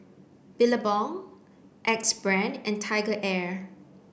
Billabong Axe Brand and TigerAir